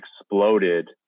exploded